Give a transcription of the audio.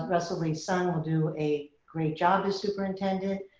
ah russel lee-sung will do a great job as superintendent.